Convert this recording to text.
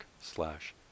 slash